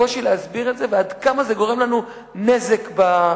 הקושי להסביר את זה ועד כמה זה גורם לנו נזק בעולם.